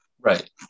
Right